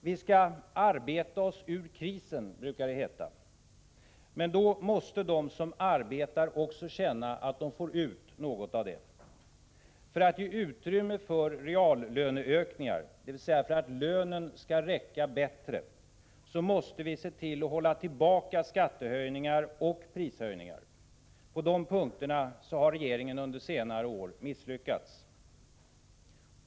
Vi skall arbeta oss ur krisen, brukar det heta. Men då måste de som arbetar också känna att de får ut något av det. För att ge utrymme för reallöneökningar, dvs. för att lönen skall räcka bättre, måste vi se till att hålla tillbaka skattehöjningar och prishöjningar. På de punkterna har regeringen under senare år misslyckats.